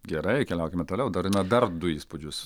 gerai keliaukime toliau dalina dar du įspūdžius